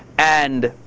and